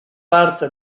parte